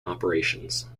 operations